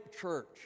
church